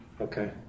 Okay